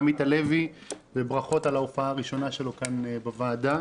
עמית הלוי וברכות על ההופעה הראשונה שלו כאן בוועדה.